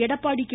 Edappadi K